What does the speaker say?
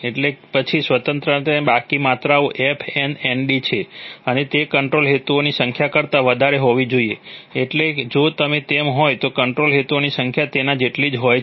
એટલે પછી સ્વાતંત્ર્યની બાકીની માત્રાઓ f n nd છે અને તે કંટ્રોલ હેતુઓની સંખ્યા કરતાં વધારે હોવી જોઈએ એટલે જો તેમ હોય તો કંટ્રોલ હેતુઓની સંખ્યા તેના જેટલી જ હોય છે